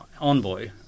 envoy